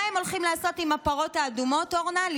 מה הם הולכים לעשות עם הפרות האדומות, אורנה?